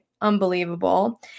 unbelievable